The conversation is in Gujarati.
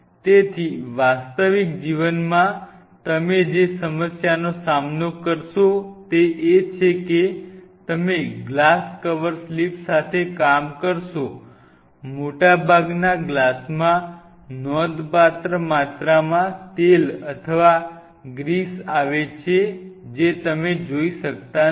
તેથી વાસ્તવિક જીવનમાં તમે જે સમસ્યાઓનો સામનો કરશો તે એ છે કે તમે ગ્લાસ કવર સ્લિપ સાથે કામ કરશો મોટાભાગના ગ્લાસમાં નોંધપાત્ર માત્રામાં તેલ અથવા ગ્રીસ આવે છે જે તમે જોઈ શકતા નથી